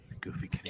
goofy